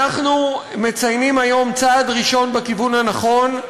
אנחנו מציינים היום צעד ראשון בכיוון הנכון,